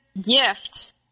gift